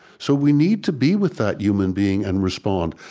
so we need to be with that human being and respond.